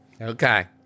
Okay